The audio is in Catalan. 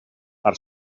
per